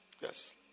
Yes